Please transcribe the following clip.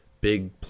big